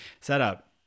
setup